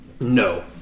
No